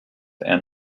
and